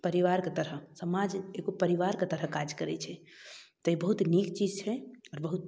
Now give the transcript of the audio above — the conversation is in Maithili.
परिवारके तरह समाज एगो परिवारके तरह काज करै छै तऽ ई बहुत नीक चीज छै आओर बहुत